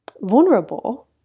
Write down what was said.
vulnerable